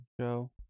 Joe